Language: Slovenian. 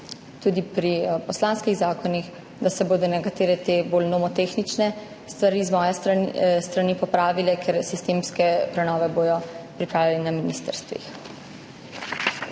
tudi pri poslanskih zakonih, da se bodo nekatere te bolj nomotehnične stvari z moje strani popravile, ker sistemske prenove bodo pripravljali na ministrstvih.